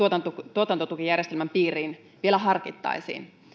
tuotantotukijärjestelmän piiriin vielä harkittaisiin